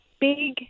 big